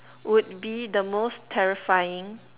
would be the most terrifying